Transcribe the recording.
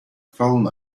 fallen